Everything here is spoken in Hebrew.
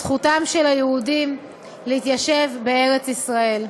זכותם של היהודים להתיישב בארץ-ישראל.